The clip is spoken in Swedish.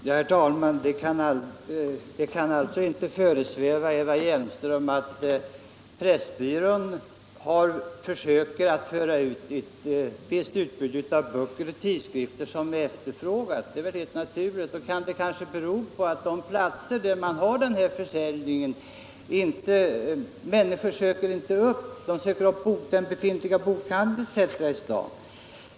Herr talman! Det kan möjligen inte föresväva Eva Hjelmström att Pressbyrån tillhandahåller de tidskrifter och böcker som efterfrågas? Det är väl annars helt naturligt. Det kanske också kan bero på att när människor skall köpa litteratur söker de upp en bokhandel i samhället.